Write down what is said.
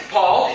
Paul